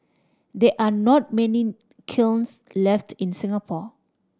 there are not many kilns left in Singapore